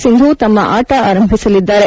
ಸಿಂಧೂ ತಮ್ನ ಆಟ ಆರಂಭಿಸಲಿದ್ದಾರೆ